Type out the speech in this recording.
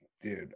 Dude